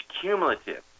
cumulative